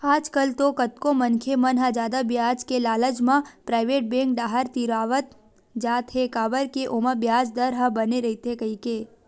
आजकल तो कतको मनखे मन ह जादा बियाज के लालच म पराइवेट बेंक डाहर तिरावत जात हे काबर के ओमा बियाज दर ह बने रहिथे कहिके